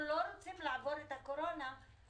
אנחנו לא רוצים לעבור את הקורונה ולראות